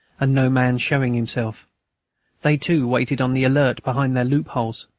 and no man showing himself they, too, waited on the alert behind their loopholes.